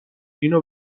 اینو